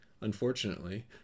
Unfortunately